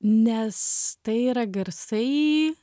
nes tai yra garsai